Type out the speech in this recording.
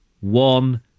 one